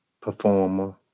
performer